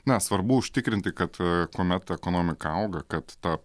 na svarbu užtikrinti kad kuomet ekonomika auga kad ta